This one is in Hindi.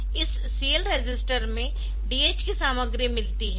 इस CL रजिस्टर में DH की सामग्री मिलती है